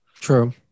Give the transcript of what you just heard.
true